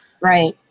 Right